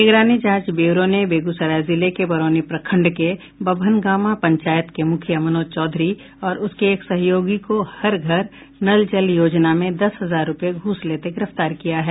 निगरानी जांच ब्यूरो ने बेगूसराय जिले के बरौनी प्रखंड के बभनगामा पंचायत के मुखिया मनोज चौधरी और उसके एक सहयोगी को हर घर नल जल योजना में दस हजार रुपए घूस लेते गिरफ्तार किया है